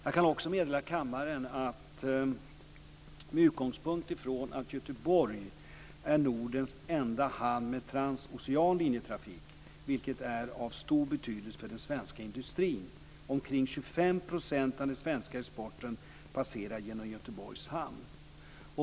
Jag kan också meddela kammaren att Göteborg är Nordens enda hamn med transocean linjetrafik, vilket är av stor betydelse för den svenska industrin. Omkring 25 % av den svenska exporten passerar genom Göteborgs hamn.